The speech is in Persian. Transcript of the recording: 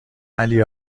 علی